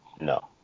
no